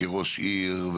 כראש עיר,